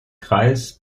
kreis